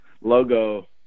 logo